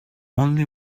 only